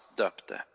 döpte